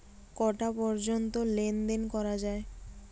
কটা পর্যন্ত লেন দেন করা য়ায়?